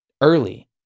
early